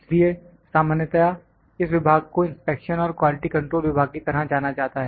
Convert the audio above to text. इसलिए सामान्यता इस विभाग को इंस्पेक्शन और क्वालिटी कंट्रोल विभाग की तरह जाना जाता है